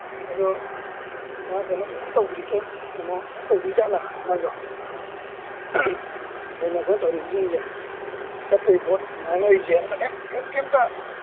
ꯑꯗꯣ ꯃꯥ ꯀꯩꯅꯣ ꯀꯩꯝ ꯇꯧꯗ꯭ꯔꯤ ꯀꯩꯅꯣ ꯀꯩꯝ ꯇꯧꯗ꯭ꯔꯤꯖꯥꯠꯂꯥ ꯃꯥꯁꯨ ꯑꯩꯈꯣꯏꯅ ꯇꯧꯔꯤꯁꯤꯡꯁꯦ ꯆꯠꯄꯒꯤ ꯄꯣꯠ ꯉꯥꯡꯅꯔꯤꯁꯦ ꯀꯩꯝꯇ